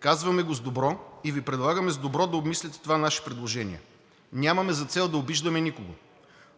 Казваме го с добро и Ви предлагаме с добро да обмислите това наше предложение. Нямаме за цел да обиждаме никого.